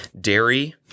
dairy